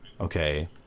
Okay